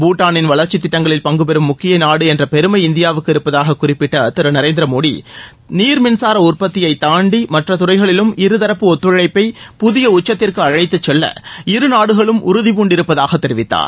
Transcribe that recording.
பூடானின் வளர்ச்சித் திட்டங்களில் பங்கு பெறும் முக்கிய நாடு என்ற பெருமை இந்தியாவுக்கு இருப்பதாகக் குறிப்பிட்ட திரு நரேந்திர மோடி நீர்மின்சார உற்பத்தியைத் தாண்டி மற்ற துறைகளிலும் இருதரப்பு ஒத்துழைப்பை புதிய உச்சத்திற்கு அழைத்துச் செல்ல இருநாடுகளும் உறுதிபூண்டிருப்பதாகத் தெரிவித்தார்